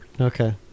Okay